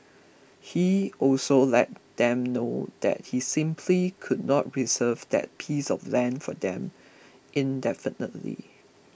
he also let them know that he simply could not reserve that piece of land for them indefinitely